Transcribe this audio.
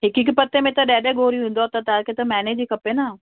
हिक हिक पत्ते में त ॾह ॾह गोरिंयूं ईंदो आहे त तव्हांखे त महीने जी खपे न